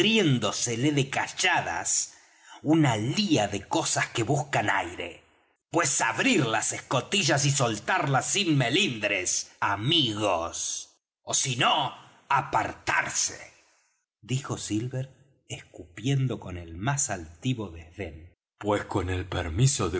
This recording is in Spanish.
de calladas una lía de cosas que buscan aire pues abrir las escotillas y soltarlas sin melindres amigos ó si no apartarse dijo silver escupiendo con el más altivo desdén pues con el permiso